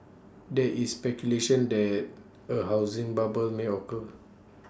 there is speculation that A housing bubble may occur